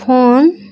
phone